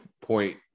point